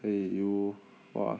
eh you !wah!